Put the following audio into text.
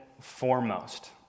foremost